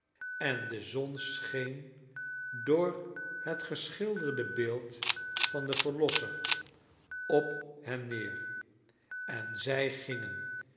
en de zon scheen door het geschilder de beeld van den verlos ser op hen neer en zij gingen